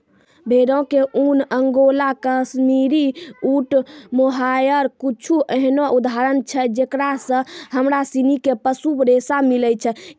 भेड़ो के ऊन, अंगोला, काश्मीरी, ऊंट, मोहायर कुछु एहनो उदाहरण छै जेकरा से हमरा सिनी के पशु रेशा मिलै छै